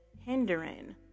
hindering